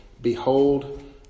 Behold